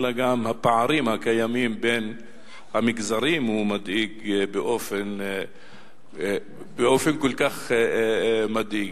וגם הפערים הקיימים בין המגזרים מדאיגים באופן כל כך חמור.